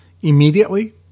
immediately